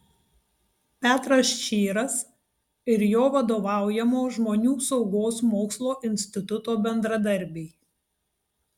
petras čyras ir jo vadovaujamo žmonių saugos mokslo instituto bendradarbiai